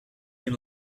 been